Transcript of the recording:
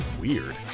weird